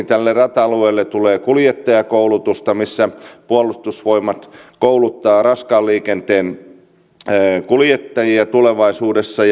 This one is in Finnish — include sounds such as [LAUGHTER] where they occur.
[UNINTELLIGIBLE] tälle rata alueelle tulee erityisesti kuljettajakoulutusta puolustusvoimat kouluttaa raskaan liikenteen kuljettajia tulevaisuudessa [UNINTELLIGIBLE]